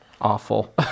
awful